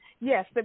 yes